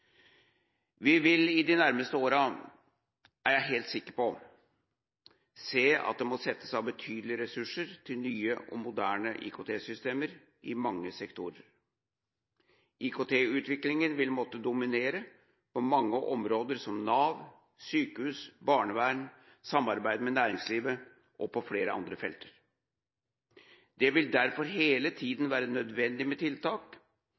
Vi vil i de nærmeste årene – det er jeg helt sikker på – se at det må settes av betydelige ressurser til nye og moderne IKT-systemer i mange sektorer. IKT-utviklingen vil måtte dominere på mange områder som Nav, sykehus, barnevern, samarbeid med næringslivet og på flere andre felter. Det vil derfor hele tiden være nødvendig med tiltak